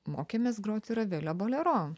mokėmės groti ravelio bolero